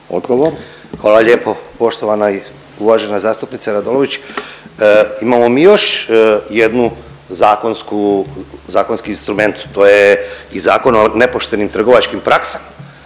Hvala lijepo poštovana i uvažena zastupnice Radolović. Imamo mi još jednu zakonsku, zakonski instrument. To je i Zakon o nepoštenim trgovačkim praksama.